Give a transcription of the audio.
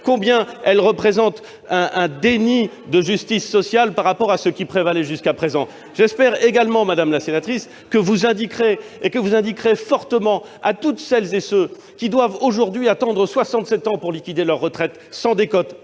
point elle représente un déni de justice sociale par rapport à ce qui prévalait jusqu'à présent ! J'espère également, madame la sénatrice, que vous expliquerez clairement à toutes celles et tous ceux qui doivent attendre 67 ans pour liquider leur retraite sans décote,